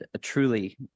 truly